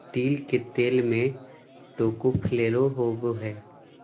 तिल के तेल में टोकोफेरोल होबा हइ